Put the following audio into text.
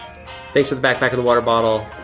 thanks for the backpack of the water bottle.